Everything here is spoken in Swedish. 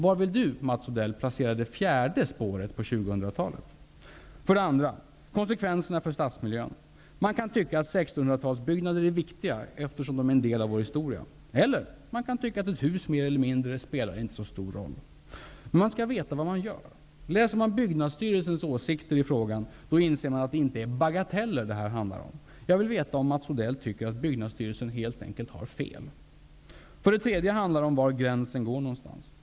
Var vill Mats Odell placera det fjärde spåret på 2000-talet? För det andra handlar det om konsekvenserna för stadsmiljön. Man kan tycka att 1600-talsbyggnader är viktiga, eftersom de är en del av vår historia, eller man kan tycka att ett hus mer eller mindre inte spelar så stor roll. Men man skall veta vad man gör. Läser man Byggnadsstyrelsens åsikter i frågan inser man att det inte är bagateller det här handlar om. Jag vill veta om Mats Odell tycker att Byggnadssstyrelsen helt enkelt har fel. För det tredje handlar det om var någonstans gränsen går.